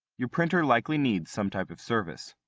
your printer likely needs some type of service.